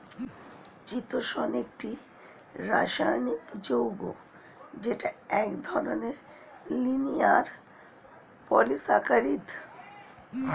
চিতোষণ একটি রাসায়নিক যৌগ যেটা এক ধরনের লিনিয়ার পলিসাকারীদ